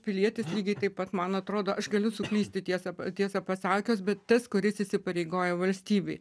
pilietis lygiai taip pat man atrodo aš galiu suklysti tiesą tiesą pasakius bet tas kuris įsipareigoja valstybei